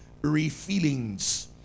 refillings